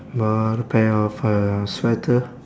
bought a pair of uh sweater